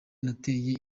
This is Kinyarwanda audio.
nateye